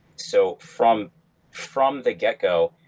so from from the get go,